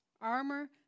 armor